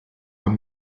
kam